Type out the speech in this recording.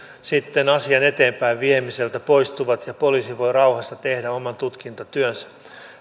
asian eteenpäinviemiseltä poistuvat ja poliisi voi rauhassa tehdä oman tutkintatyönsä